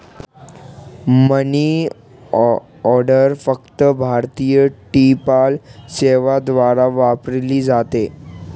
मनी order फक्त भारतीय टपाल सेवेद्वारे वापरली जाते